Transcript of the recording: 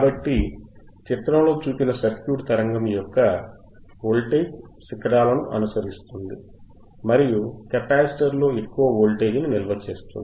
కాబట్టి చిత్రంలో చూపిన సర్క్యూట్ తరంగము యొక్క వోల్టేజ్ శిఖరాలను అనుసరిస్తుంది మరియు కెపాసిటర్లో ఎక్కువ వోల్టేజ్ ని నిల్వ చేస్తుంది